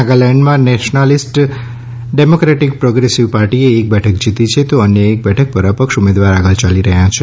નાગાલેન્ડમાં nationalist democratic progressive પાર્ટીએ એક બેઠક જીતી છે તો અન્ય એક બેઠક પર અપક્ષ ઉમેદવાર આગળ ચાલી રહ્યા છે